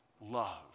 love